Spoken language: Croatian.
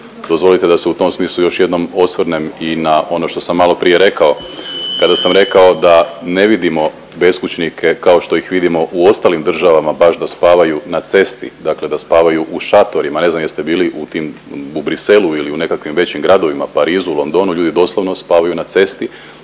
Dozvolite da se u tom smislu još jednom osvrnem i na ono što sam malo prije rekao kada sam rekao da ne vidimo beskućnike kao što ih vidimo u ostalim državama baš da spavaju na cesti, dakle da spavaju u šatorima. Ne znam jeste li bili u tim, u Bruxellesu ili u nekakvim većim gradovima Parizu, Londonu ljudi doslovno spavaju na cesti.